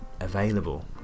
available